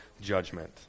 judgment